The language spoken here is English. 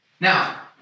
Now